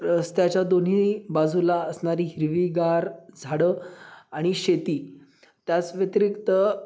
रस्त्याच्या दोन्ही बाजूला असणारी हिरवीगार झाडं आणि शेती त्याचव्यतिरिक्त